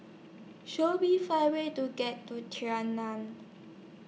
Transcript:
Show Me five ways to get to